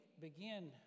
begin